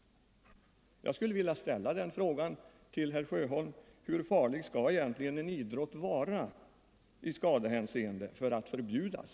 Jag skulle vilja ställa den frågan till herr Sjöholm hur farlig en idrott egentligen skall vara i skadehänseende för att förbjudas.